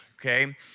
okay